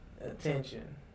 attention